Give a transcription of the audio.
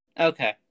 Okay